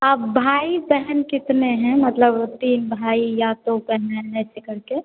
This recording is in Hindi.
आप भाई बहन कितने हैं मतलब तीन भाई या दो बहन ऐसे करके